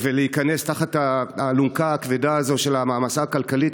להיכנס תחת האלונקה הכבדה הזאת של המעמסה הכלכלית,